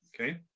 Okay